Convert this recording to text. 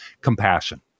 compassion